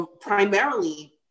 primarily